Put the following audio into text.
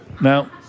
now